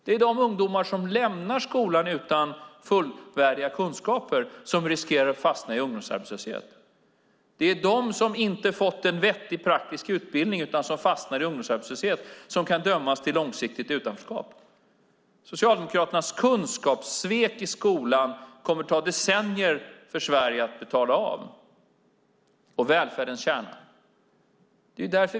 Det är de ungdomar som lämnar skolan utan fullvärdiga kunskaper som riskerar att fastna i ungdomsarbetslöshet. Det är de som inte har fått en vettig praktisk utbildning utan som fastnar i ungdomsarbetslöshet som kan dömas till långsiktigt utanförskap. Socialdemokraternas kunskapssvek mot skolan kommer att ta decennier för Sverige att komma över.